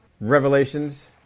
Revelations